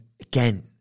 Again